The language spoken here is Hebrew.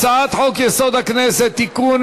הצעת חוק-יסוד: הכנסת (תיקון,